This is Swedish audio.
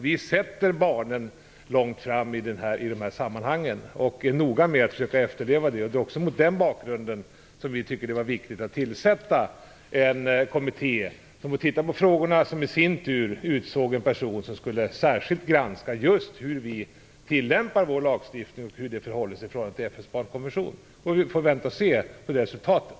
Vi sätter barnen långt fram i dessa sammanhang och är noga med att försöka efterleva konventionen. Det är också mot den bakgrunden som regeringen tyckte det var viktigt att tillsätta en kommitté som får titta på frågorna. Den kommittén i sin tur utsåg en person som skulle särskilt granska just hur vi tillämpar vår lagstiftning och hur den förhåller sig till FN:s barnkonvention. Vi får vänta och se på resultatet.